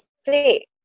see